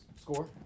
Score